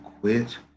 quit